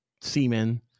semen